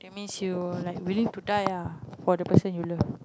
that means you like willing to die ah for the person you love